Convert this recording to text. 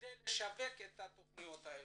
כדי לשווק את התכניות האלה,